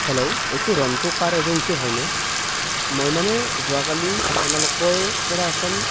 hello এইটো ৰন্টু কাৰ agency হয়নে মই মানে যোৱাকালি আপোনালোকৰ পৰা এখন